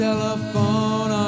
Telephone